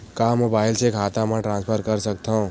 का मोबाइल से खाता म ट्रान्सफर कर सकथव?